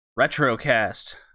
Retrocast